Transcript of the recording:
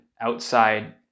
outside